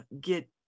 get